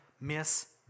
miss